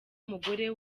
umugore